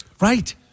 Right